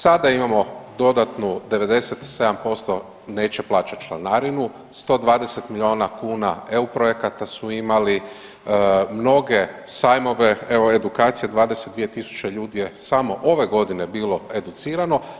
Sada imamo dodanu 97% neće plaćati članarinu, 120 miliona kuna EU projekata su imali, mnoge sajmove, evo edukacija 22.000 ljudi je samo ove godine bilo educirano.